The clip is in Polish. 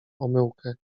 omyłkę